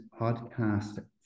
Podcast